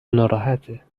ناراحته